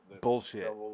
bullshit